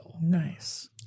Nice